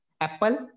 Apple